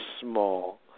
small